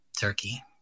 Turkey